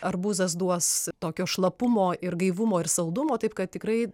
arbūzas duos tokio šlapumo ir gaivumo ir saldumo taip kad tikrai